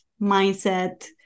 mindset